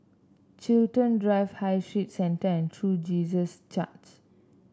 Chiltern Drive High Street Centre and True Jesus Church